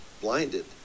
blinded